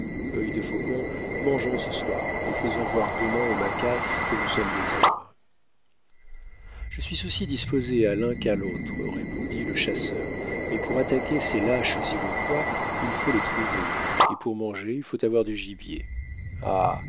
de leur retraite œil de faucon mangeons ce soir et faisons voir demain aux maquas que nous sommes des hommes je suis aussi disposé à l'un qu'à l'autre répondit le chasseur mais pour attaquer ces lâches iroquois il faut les trouver et pour manger il faut avoir du gibier